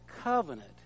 covenant